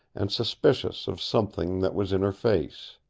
and suspicious of something that was in her face.